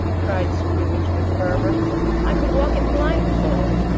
cried scrooge with fervour i could walk it blindfold.